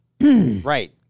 right